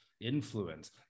influence